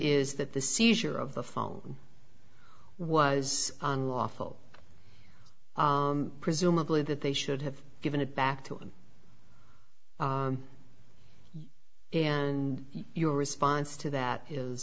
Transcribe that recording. is that the seizure of the phone was on lawful presumably that they should have given it back to him and your response to that